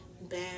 bad